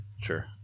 Sure